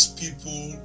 people